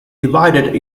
divided